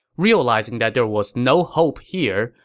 realizing that there was no hope here,